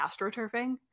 astroturfing